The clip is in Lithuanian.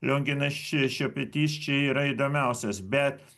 lionginas še šepetys čia yra įdomiausias bet